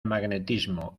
magnetismo